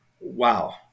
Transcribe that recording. wow